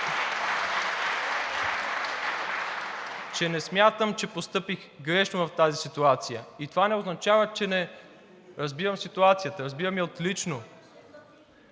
че не смятам, че постъпих грешно в тази ситуация. И това не означава, че не разбирам ситуацията. Разбирам отлично